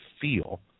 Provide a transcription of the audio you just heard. feel